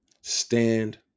Stand